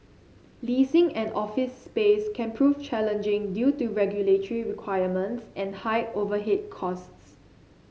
leasing an office space can prove challenging due to regulatory requirements and high overhead costs